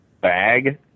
bag